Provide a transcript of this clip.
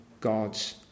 God's